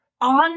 on